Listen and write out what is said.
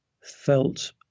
felt